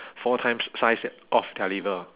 four times size of their liver